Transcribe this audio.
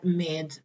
med